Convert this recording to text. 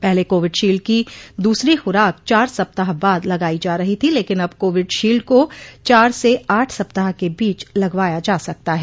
पहले Covishield की दूसरी खुराक चार सप्ताह बाद लगाई जा रही थी लेकिन अब कोविड शील्ड को चार से आठ सप्ताह के बीच लगवाया जा सकता है